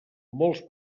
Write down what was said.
molts